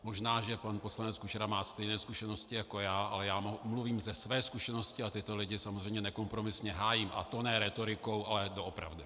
Možná že pan poslanec Kučera má stejné zkušenosti jako já, ale já mluvím ze své zkušenosti a tyto lidi samozřejmě nekompromisně hájím, a to ne rétorikou, ale doopravdy.